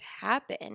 happen